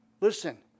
Listen